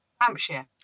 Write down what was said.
hampshire